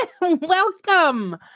Welcome